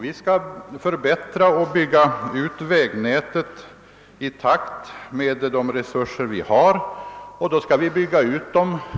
Vi skall förbättra och bygga ut vägnätet i takt med våra resurser och